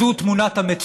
זו תמונת המציאות,